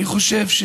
אני חושב,